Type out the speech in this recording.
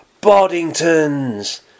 Boddington's